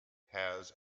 has